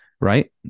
right